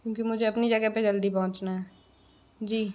क्योंकि मुझे अपनी जगह पे जल्दी पहुँचना है जी